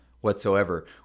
whatsoever